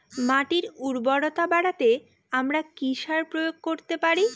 মাটির উর্বরতা বাড়াতে আমরা কি সার প্রয়োগ করতে পারি?